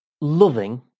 loving